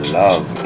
love